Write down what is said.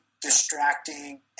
distracting